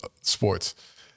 sports